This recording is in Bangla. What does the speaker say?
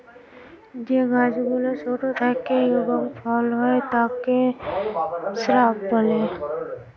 যে গাছ গুলো ছোট থাকে এবং ফল হয় তাকে শ্রাব বলে